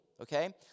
Okay